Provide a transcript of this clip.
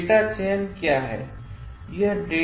तो डेटा चयन क्या है